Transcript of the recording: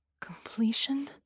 completion